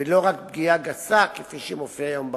ולא רק פגיעה גסה, כפי שמופיע היום בחוק.